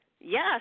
Yes